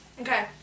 Okay